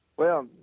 well,